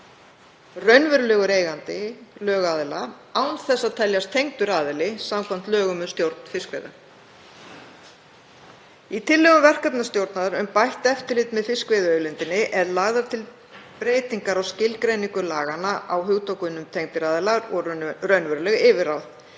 raunverulegur eigandi lögaðila án þess að teljast „tengdur aðili“ samkvæmt lögum um stjórn fiskveiða. Í tillögum verkefnastjórnar um bætt eftirlit með fiskveiðiauðlindinni eru lagðar til breytingar á skilgreiningu laganna á hugtökunum „tengdir aðilar“ og „raunveruleg yfirráð“